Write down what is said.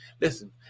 Listen